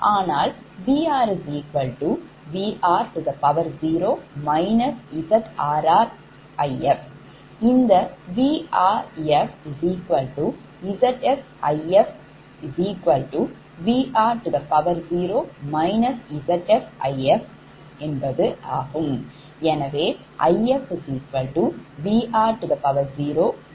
ஆனால் VrVr0 ZrrIf இந்த VrfZfIfVr0 ZfIf ஆகும்